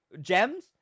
Gems